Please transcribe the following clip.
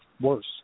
worse